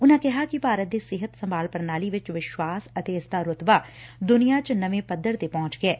ਉਨਾਂ ਕਿਹਾ ਕਿ ਭਾਰਤ ਦੇ ਸਿਹਤ ਸੰਭਾਲ ਪ੍ਰਣਾਲੀ ਵਿਚ ਵਿਸ਼ਵਾਸ ਅਤੇ ਇਸ ਦਾ ਰੁਤਬਾ ਦੁਨੀਆਂ ਚ ਨਵੇ ਪੱਧਰ ਤੇ ਪਹੁੰਚ ਗਿਐ